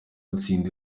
atsinda